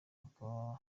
bakaba